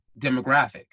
demographic